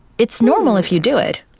it's normal if you do it,